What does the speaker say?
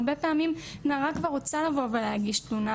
הרבה פעמים נערה כבר רוצה לבוא ולהגיש תלונה,